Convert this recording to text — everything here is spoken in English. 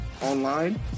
online